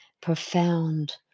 profound